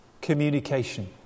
Communication